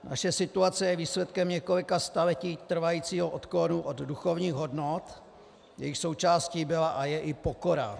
Naše situace je výsledkem několika staletí trvajícího odklonu od duchovních hodnot, jejichž součástí byla a je i pokora.